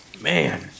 Man